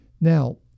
Now